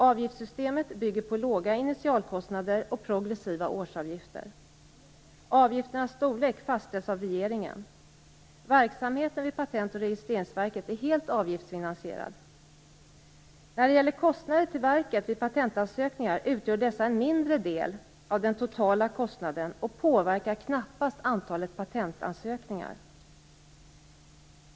Avgiftssystemet bygger på låga initialkostnader och progressiva årsavgifter. Avgifternas storlek fastställs av regeringen. Verksamheten vid Patent och registreringsverket är helt avgiftsfinansierad. När det gäller kostnader till verket vid patentansökningar utgör dessa en mindre del av den totala kostnaden och påverkar knappast antalet patentansökningar.